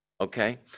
okay